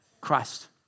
Christ